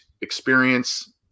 experience